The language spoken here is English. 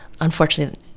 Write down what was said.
unfortunately